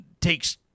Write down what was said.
takes